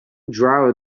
drawer